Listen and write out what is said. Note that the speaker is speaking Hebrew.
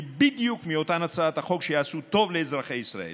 בדיוק מאותן הצעות שיעשו טוב לאזרחי ישראל,